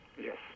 Yes